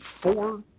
four